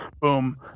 Boom